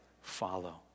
follow